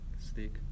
stick